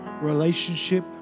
relationship